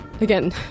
Again